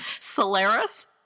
Solaris